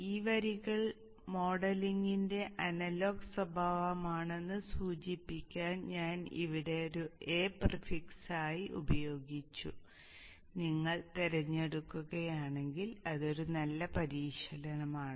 ഈ വരികൾ മോഡലിംഗിന്റെ അനലോഗ് സ്വഭാവമാണെന്ന് സൂചിപ്പിക്കാൻ ഞാൻ ഇവിടെ ഒരു a പ്രിഫിക്സായി ഉപയോഗിച്ചു നിങ്ങൾ തിരഞ്ഞെടുക്കുകയാണെങ്കിൽ അത് ഒരു നല്ല പരിശീലനമാണ്